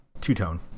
two-tone